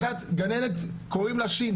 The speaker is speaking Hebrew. אחת גננת קוראים לה ש'.